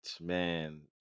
man